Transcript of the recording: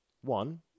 One